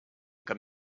quand